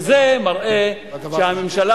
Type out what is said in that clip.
וזה מראה שהממשלה